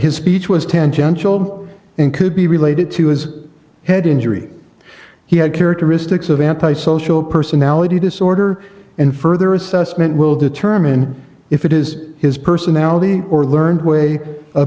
his speech was ten general and could be related to his head injury he had characteristics of antisocial personality disorder and further assessment will determine if it is his personality or learned way of